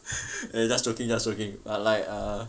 eh just joking just joking uh like uh